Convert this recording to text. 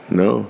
no